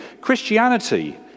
Christianity